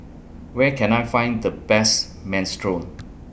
Where Can I Find The Best Minestrone